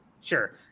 Sure